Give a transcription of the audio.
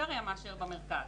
בפריפריה מאשר במרכז.